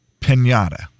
Pinata